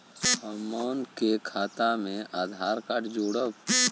हमन के खाता मे आधार कार्ड जोड़ब?